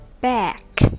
back